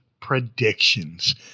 predictions